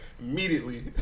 Immediately